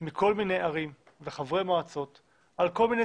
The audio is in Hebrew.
מכל מיני ערים וחברי מועצות על כל מיני